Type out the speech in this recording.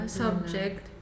subject